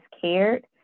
cared